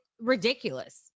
ridiculous